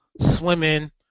swimming